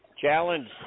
Challenge